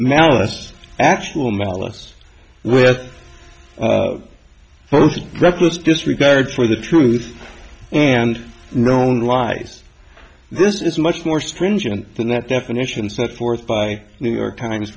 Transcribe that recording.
malice actual malice with both reckless disregard for the truth and known lies this is much more stringent than that definition set forth by new york times